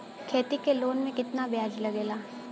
खेती के लोन में कितना ब्याज लगेला?